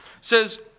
says